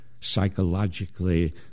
psychologically